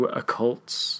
occults